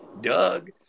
Doug